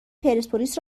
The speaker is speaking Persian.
پرسپولیس